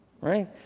Right